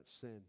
sin